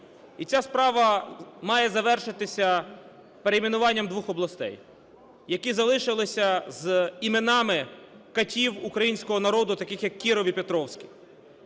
І ця справа має завершитися перейменуванням двох областей, які залишилися з іменами катів українського народу, таких як Кіров і Петровський.